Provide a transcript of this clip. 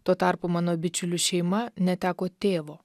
tuo tarpu mano bičiulių šeima neteko tėvo